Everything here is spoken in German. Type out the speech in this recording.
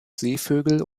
seevögel